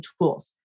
tools